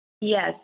Yes